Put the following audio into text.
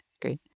Great